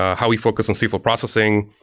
how we focus on stateful processing.